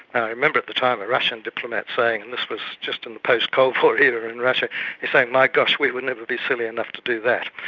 i remember at the time a russian diplomat saying and this was just in the post cold war era in russia, he was saying my gosh, we were never be silly enough to do that.